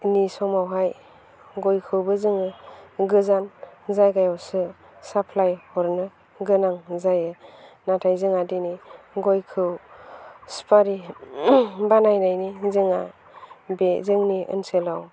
नि समावहाय गयखौबो जोङो गोजान जायगायावसो साप्लाय हरनो गोनां जायो नाथाय जोंहा दिनै गयखौ सुफारि बानायनायनि जोंहा बे जोंनि ओनसोलाव